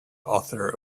author